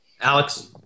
Alex